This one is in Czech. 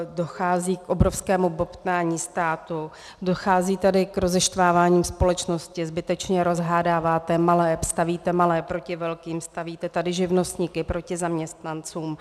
Dochází k obrovskému bobtnání státu, dochází tady k rozeštvávání společnosti, zbytečně rozhádáváte malé, stavíte malé proti velkým, stavíte tady živnostníky proti zaměstnancům.